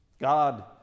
God